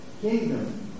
kingdom